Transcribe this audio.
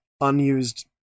unused